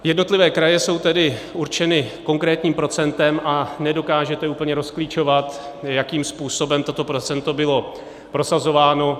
Jednotlivé kraje jsou tedy určeny konkrétním procentem a nedokážete úplně rozklíčovat, jakým způsobem toto procento bylo prosazováno.